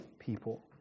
people